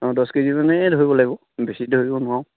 অঁ দছ কেজি মানে ধৰিব লাগিব বেছি ধৰিব নোৱাৰো